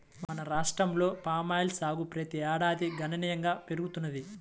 మన రాష్ట్రంలో పామాయిల్ సాగు ప్రతి ఏడాదికి గణనీయంగా పెరుగుతున్నది